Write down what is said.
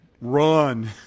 Run